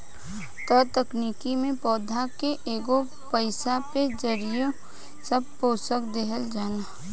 ए तकनीक में पौधा के एगो पाईप के जरिये सब पोषक देहल जाला